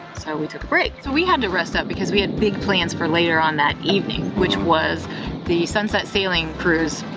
so, we took a break. so, we had to rest up because we had big plans for later on that evening, which was the sunset sailing cruise.